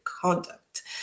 conduct